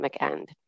end